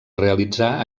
realitzar